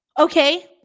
Okay